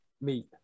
meet